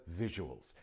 visuals